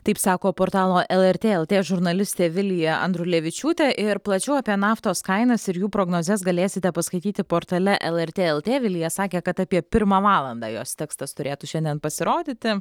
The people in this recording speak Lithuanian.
taip sako portalo lrt lt žurnalistė vilija andrulevičiūtė ir plačiau apie naftos kainas ir jų prognozes galėsite paskaityti portale lrt lt vilija sakė kad apie pirmą valandą jos tekstas turėtų šiandien pasirodyti